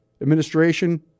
administration